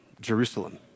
Jerusalem